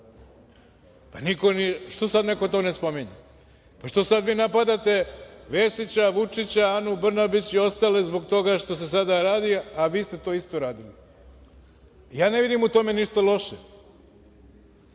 ambasadu, a što sada neko to ne spominje. Pa, što vi sada napadate Vesića, Vučića, Anu Brnabić i ostale zbog toga što se sada radi, a vi ste to isto radili. Ja ne vidim u tome ništa loše.